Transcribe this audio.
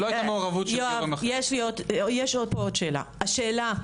עוד שאלה.